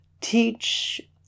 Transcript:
teach